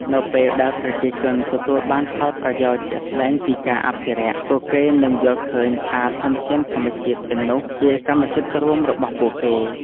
នៅពេលដែលប្រជាជនទទួលបានផលប្រយោជន៍ជាក់ស្ដែងពីការអភិរក្ស ពួកគេនឹងយល់ឃើញថាធនធានធម្មជាតិទាំងនោះជាកម្មសិទ្ធិរួមរបស់ពួកគេ។